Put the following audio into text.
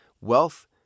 Wealth